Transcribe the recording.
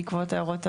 בעקבות הערות הוועדה.